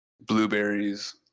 blueberries